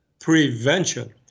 Prevention